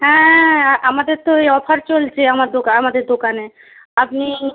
হ্যাঁ আর আমাদের তো ওই অফার চলছে আমার দোকা আমাদের দোকানে আপনি